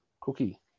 Cookie